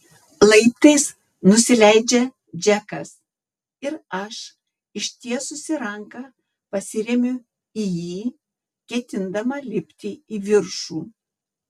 laiptais nusileidžia džekas ir aš ištiesusi ranką pasiremiu į jį ketindama lipti į viršų